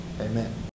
Amen